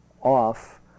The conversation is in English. off